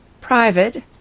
private